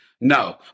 No